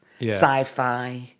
sci-fi